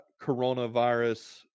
coronavirus